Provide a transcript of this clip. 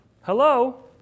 Hello